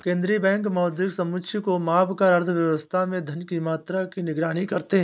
केंद्रीय बैंक मौद्रिक समुच्चय को मापकर अर्थव्यवस्था में धन की मात्रा की निगरानी करते हैं